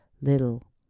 little